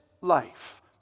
life